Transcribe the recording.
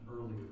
earlier